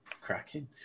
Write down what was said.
Cracking